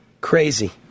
Crazy